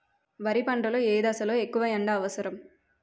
వరి పంట లో ఏ దశ లొ ఎక్కువ ఎండా అవసరం?